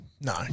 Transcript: No